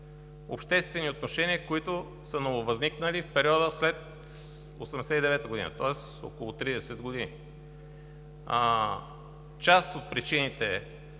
обществени отношения, които са нововъзникнали в периода след 1989 г., тоест около 30 години. Част от причините